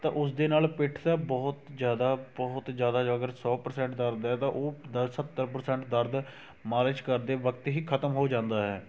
ਤਾਂ ਉਸ ਦੇ ਨਾਲ ਪਿੱਠ ਬਹੁਤ ਜ਼ਿਆਦਾ ਬਹੁਤ ਜ਼ਿਆਦਾ ਜੇ ਅਗਰ ਸੌ ਪਰਸੈਂਟ ਦਰਦ ਹੈ ਤਾਂ ਉਹ ਸੱਤਰ ਪਰਸੈਂਟ ਦਰਦ ਮਾਲਿਸ਼ ਕਰਦੇ ਵਕਤ ਹੀ ਖਤਮ ਹੋ ਜਾਂਦਾ